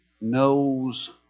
knows